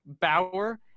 Bauer